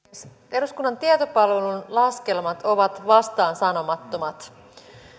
eduskunnan tietopalvelun laskelmat ovat vastaansanomattomat